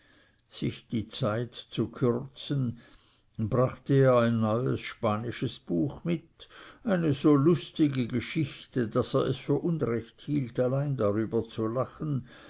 sich die zeit zu kürzen brachte er ein neues spanisches buch mit eine so lustige geschichte daß er es für unrecht hielt allein darüber zu lachen